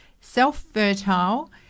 Self-fertile